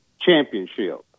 championship